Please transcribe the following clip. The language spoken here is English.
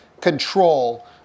control